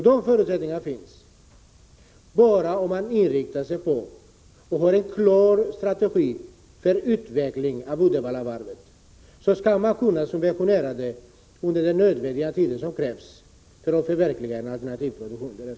Det finns alltså förutsättningar, bara man har en klar strategi för utveckling av Uddevallavarvet och är beredd att subventionera verksamheten under den tid som krävs för ett förverkligande av en alternativ produktion.